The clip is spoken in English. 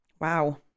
Wow